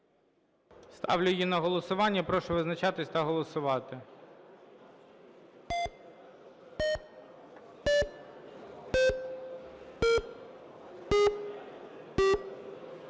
Ставлю на голосування 1934. Прошу визначатись та голосувати.